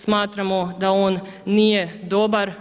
Smatramo da on nije dobar.